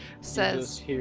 says